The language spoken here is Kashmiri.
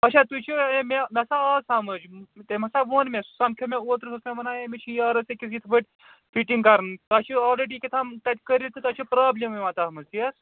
اچھا تُہۍ چھُو مےٚ مےٚ ہسا آو سَمجھ تٔمۍ ہسا ون مےٚ سُہ سَمکھیو مےٚ اوٚتٕرٕ اوس مےٚ وَنان ہے مےٚ چھِ یارَس أکِس یِتھ پٲٹھۍ فِٹِنٛگ کَرٕنۍ تۄہہِ چھُو آلرٕڈی کہتام تَتہِ کٔرِتھ تہٕ تۄہہِ چھُو پرابلِم یِوان تَتھ منٛز تی حظ